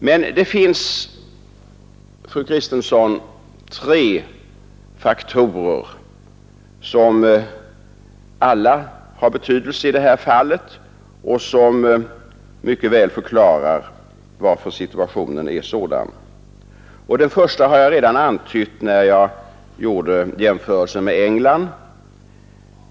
Men det finns, fru Kristensson, tre faktorer som alla har betydelse i detta fall och som mycket väl förklarar varför situationen är sådan. Den första omständigheten har jag redan antytt, när jag gjorde jämförelsen med England.